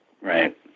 Right